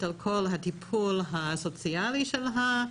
לפחות שהיא אחראית על כל הטיפול הסוציאלי של הלשכה.